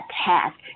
task